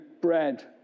bread